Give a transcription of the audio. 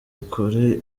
ukuri